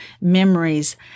memories